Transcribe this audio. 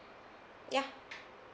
ya